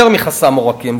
יותר מחסם עורקים,